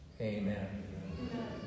Amen